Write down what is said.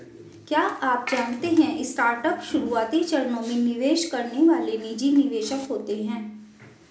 क्या आप जानते है स्टार्टअप के शुरुआती चरणों में निवेश करने वाले निजी निवेशक होते है?